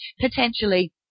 potentially